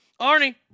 Arnie